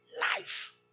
Life